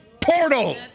portal